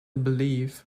believe